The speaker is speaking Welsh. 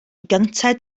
gynted